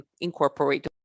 incorporate